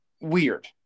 weird